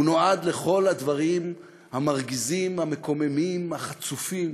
הוא נועד לכל הדברים המרגיזים, המקוממים, החצופים,